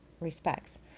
respects